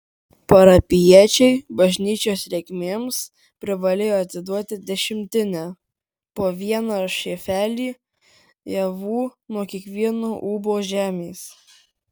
parapijiečiai bažnyčios reikmėms privalėjo atiduoti dešimtinę po vieną šėfelį javų nuo kiekvieno ūbo žemės